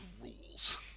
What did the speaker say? rules